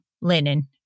linen